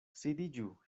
sidiĝu